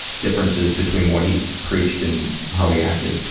differences between what he preached and how he acted?